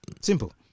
Simple